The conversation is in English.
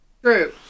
True